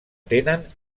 tenen